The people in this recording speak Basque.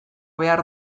behar